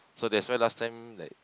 so that's why last time like